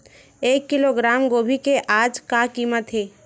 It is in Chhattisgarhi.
एक किलोग्राम गोभी के आज का कीमत हे?